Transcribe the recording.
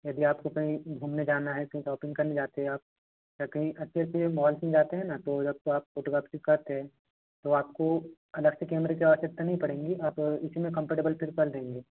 यदि आपको कहीं घूमने जाना है कहीं शॉपिंग करने जानी हैं आप या कहीं ऐसे मॉल में जाते हैं ना तो वो तब तो आप फोटोग्राफी करते हैं तो आपको अलग से कैमरे की आवश्यकता नहीं पड़ेगी आप इसी में कंफर्टेबल फ़ील कर लेंगी